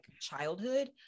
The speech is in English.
childhood